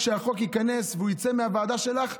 כשהחוק הזה ייכנס ויצא מהוועדה שלך,